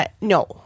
No